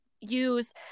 use